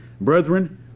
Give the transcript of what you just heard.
brethren